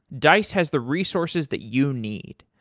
dice has the resources that you need.